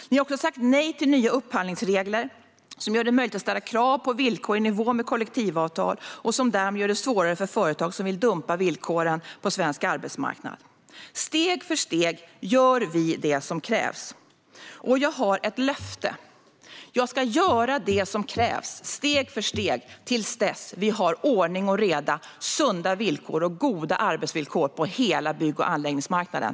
Ni har också sagt nej till nya upphandlingsregler som gör det möjligt att ställa krav på villkor i nivå med kollektivavtal och därmed gör det svårare för företag som vill dumpa villkoren på svensk arbetsmarknad. Steg för steg gör vi det som krävs, och jag har ett löfte: Jag ska göra det som krävs, steg för steg, till dess att vi har ordning och reda, sunda villkor och goda arbetsvillkor på hela bygg och anläggningsmarknaden.